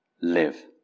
live